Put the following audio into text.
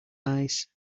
ice